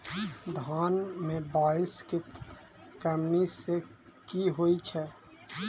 धान मे बारिश केँ कमी सँ की होइ छै?